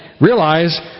realize